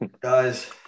Guys